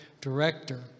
director